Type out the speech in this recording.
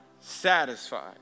satisfied